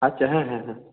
আচ্ছা হ্যাঁ হ্যাঁ হ্যাঁ